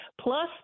plus